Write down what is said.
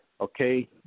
Okay